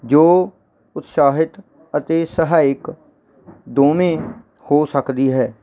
ਜੋ ਉਤਸ਼ਾਹਿਤ ਅਤੇ ਸਹਾਇਕ ਦੋਵੇਂ ਹੋ ਸਕਦੀ ਹੈ